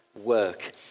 work